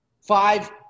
five